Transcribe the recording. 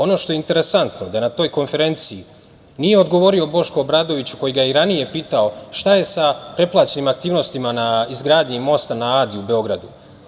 Ono što je interesantno da je na toj konferenciji nije odgovorio Boško Obradović koji ga je i ranije pitao, šta je sa preplaćenim aktivnostima na izgradnji mosta na Adi u Beogradu.